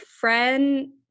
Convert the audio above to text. friend